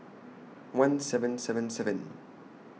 one seven seven seven